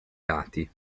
lati